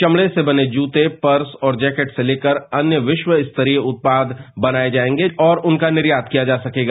चमड़े से बने जूते पर्स जैकेट से लेकर अन्य विश्वस्तरीय उत्याद इस पार्क में बनाकर उनका निर्यात किया जा सकेगा